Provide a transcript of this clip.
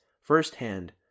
firsthand